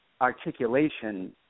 articulation